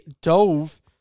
dove